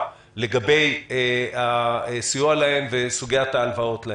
לגבי הסיוע להן וסוגיית ההלוואות להן.